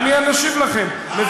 אני אשיב לכם.